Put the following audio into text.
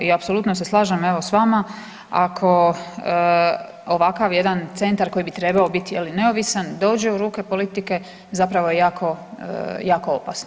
I apsolutno se slažem evo s vama ako ovakav jedan centar koji bi trebao biti neovisan dođe u ruke politike zapravo je jako, jako opasno.